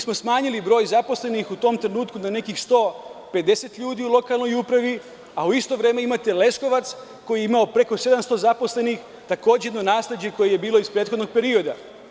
Smanjili smo broj zaposlenih, u tom trenutku, na nekih 150 ljudi u lokalnoj upravi, a u isto vreme imate Leskovac koji je imao preko 700 zaposlenih, a to je jedno nasleđe iz prethodnog perioda.